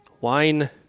Wine